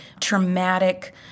traumatic